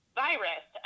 virus